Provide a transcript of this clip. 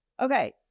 Okay